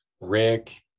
Rick